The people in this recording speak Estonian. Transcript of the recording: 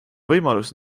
võimalus